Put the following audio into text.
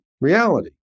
reality